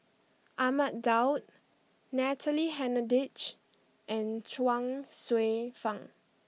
Ahmad Daud Natalie Hennedige and Chuang Hsueh Fang